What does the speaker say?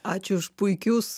ačiū už puikius